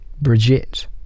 Brigitte